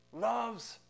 loves